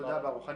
תודה ברוך.